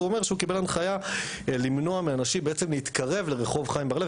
אז הוא אומר שהוא קיבל הנחיה למנוע מאנשים להתקרב לרחוב חיים בר לב,